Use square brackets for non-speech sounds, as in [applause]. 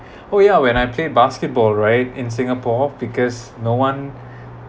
oh yeah when I play basketball right in singapore because no one [breath]